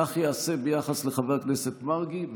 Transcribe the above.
כך ייעשה ביחס לחבר הכנסת מרגי,